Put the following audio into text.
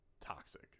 toxic